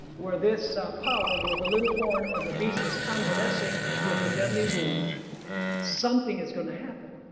where this power or the little horn or the beast is convalescing with a deadly wound something is going to happen.